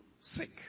sick